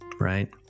right